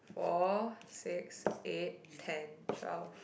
four six eight ten twelve